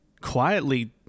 quietly